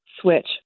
switch